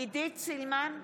עידית סילמן,